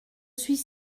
suis